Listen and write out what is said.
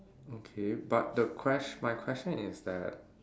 okay but the ques~ my question is that